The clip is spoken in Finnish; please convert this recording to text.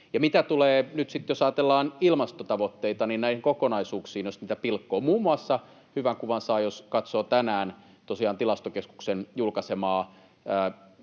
sitten jos ajatellaan ilmastotavoitteita, niin mitä tulee näihin kokonaisuuksiin, jos niitä pilkkoo, muun muassa hyvän kuvan saa, jos katsoo tosiaan tänään Tilastokeskuksen julkaisemaa